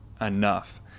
enough